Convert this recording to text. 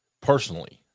personally